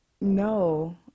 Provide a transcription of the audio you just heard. no